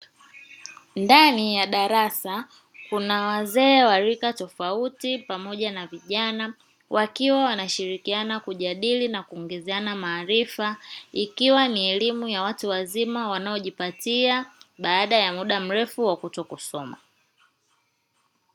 Ndani ya darasa kuna wazee wa rika tofauti pamoja na vijana wakiwa wanashirikiana kujadiliana maarifa, ikiwa ni elimu ya watu wazima wanayojipatia baada ya muda mrefu bila kusoma.